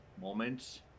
moments